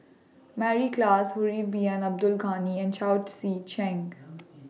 Mary Klass Harun Bin Abdul Ghani and Chao Tzee Cheng